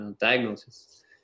diagnosis